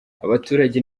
abaturage